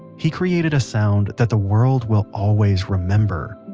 he created a sound that the world will always remember.